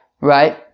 right